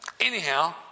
anyhow